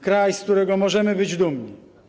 Kraj, z którego możemy być dumni.